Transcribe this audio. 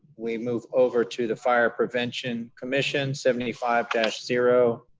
we move over to the fire prevention commission seventy five zero